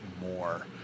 more